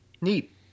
Neat